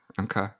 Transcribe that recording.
Okay